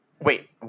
Wait